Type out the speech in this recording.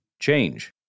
change